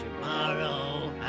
tomorrow